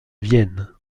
vienne